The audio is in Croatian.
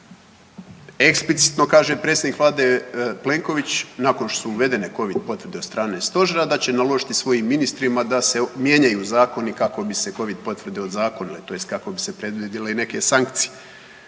Eksplicitno kaže predsjednik vlade Plenković nakon što su uvedene Covdi potvrde od strane stožera da će naložiti svojim ministrima da se mijenjaju zakoni kako bi se Covid potvrde ozakonile tj. kako bi se predvidjele i neke sankcije.